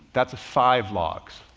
that's a five logs,